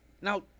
Now